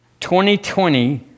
2020